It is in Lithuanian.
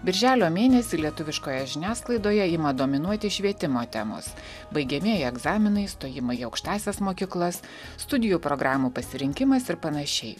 birželio mėnesį lietuviškoje žiniasklaidoje ima dominuoti švietimo temos baigiamieji egzaminai stojimai į aukštąsias mokyklas studijų programų pasirinkimas ir panašiai